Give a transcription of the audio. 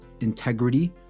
integrity